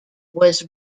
was